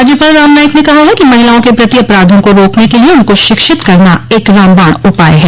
राज्यपाल राम नाईक ने कहा है कि महिलाओं के प्रति अपराधों को रोकने के लिए उनको शिक्षित करना एक रामबाण उपाय है